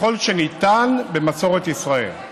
"ככל שניתן, במסורת ישראל".